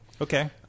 Okay